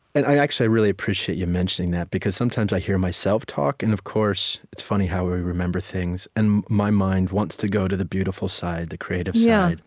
and i really appreciate you mentioning that, because sometimes i hear myself talk, and of course, it's funny how we we remember things, and my mind wants to go to the beautiful side, the creative side.